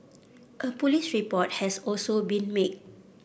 a police report has also been made